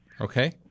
Okay